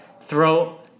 throw